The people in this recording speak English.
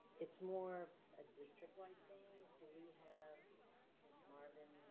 it's more a district-wide thing, do we have mrs. marvins?